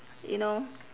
you know